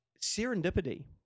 Serendipity